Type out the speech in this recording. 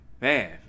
man